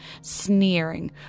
sneering